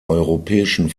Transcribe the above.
europäischen